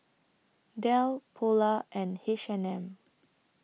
Dell Polar and H and M